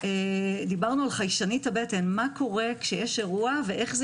דיברנו על חיישנית הבטן מה קורה כשיש אירוע ואיך זה